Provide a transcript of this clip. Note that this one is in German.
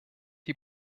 die